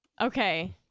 Okay